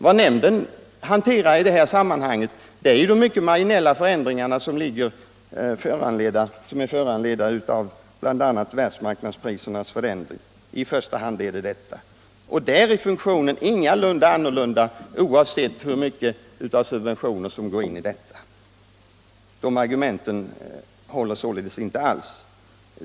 Vad nämnden hanterar i detta sammanhang är ju i första hand de mycket marginella förskjutningar som är föranledda av bl.a. världsmarknadsprisernas förändringar. Där är funktionen inte på något sätt annorlunda, oavsett hur mycket subventioner som går in. De argumenten håller således inte alls.